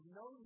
no